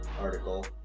article